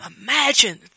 Imagine